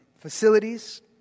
facilities